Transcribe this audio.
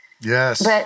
Yes